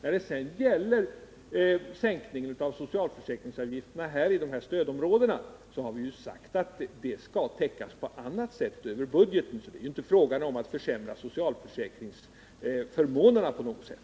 Vad gäller sänkningen av socialförsäkringsavgifterna i stödområdena har vi ju sagt att den skall täckas på annat sätt, över budgeten. Det är alltså inte fråga om att försämra socialförsäkringsförmånerna på något sätt.